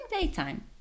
daytime